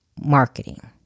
Marketing